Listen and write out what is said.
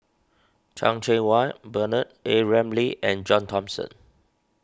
Chan Cheng Wah Bernard A Ramli and John Thomson